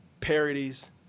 parodies